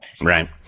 right